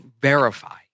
verify